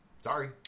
Sorry